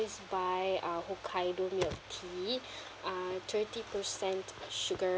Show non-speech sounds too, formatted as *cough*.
buy uh hokkaido milk tea *breath* uh twenty percent sugar